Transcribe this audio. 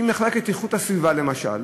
מחלקת איכות הסביבה למשל,